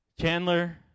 Chandler